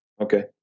Okay